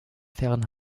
fairen